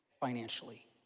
financially